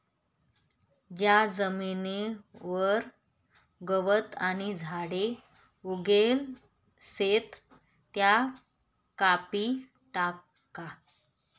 ज्या जमीनवर गवत आणि झाडे उगेल शेत त्या कापी टाका